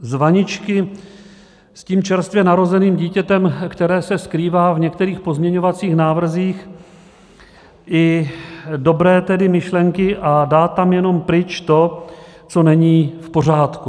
z vaničky s tím čerstvě narozeným dítětem, které se skrývá v některých pozměňovacích návrzích, i dobré tedy myšlenky, a dát tam jenom pryč to, co není v pořádku.